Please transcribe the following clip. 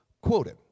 quoted